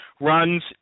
runs